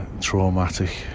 traumatic